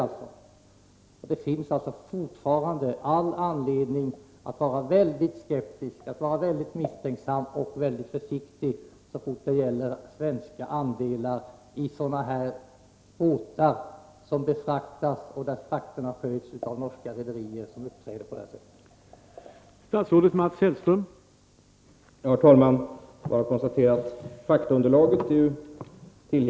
1985 Det finns fortfarande all anledning att vara mycket misstänksam och försiktig så fort det gäller svenska andelar i sådana här båtar vilkas frakter sköts av norska rederier som uppträder på detta sätt.